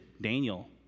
Daniel